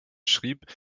schrieb